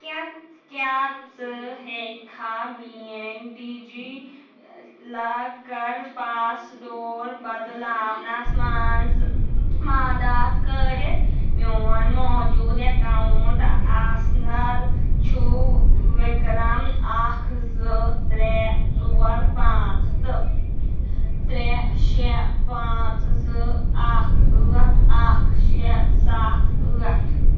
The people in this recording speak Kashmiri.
کیٛاہ کیٛاہ ژٕ ہیٚککھا میٛٲنۍ DigiLocker password بدلاونَس منٛز مدتھ کٔرِتھ میون موجوٗد اٮ۪کاوُنٛٹ آسنَد چھُ وِکرم اکھ زٕ ترٛےٚ ژور پانٛژھ تہٕ ترٛےٚ شےٚ پانٛژھ زٕ اکھ ٲٹھ اکھ شےٚ سَتھ ٲٹھ